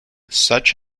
such